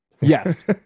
Yes